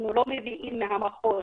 אנחנו לא מביאים מהמחוז